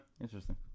Interesting